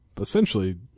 essentially